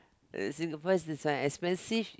uh Singapore this one expensive